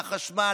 על החשמל,